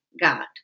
God